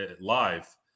live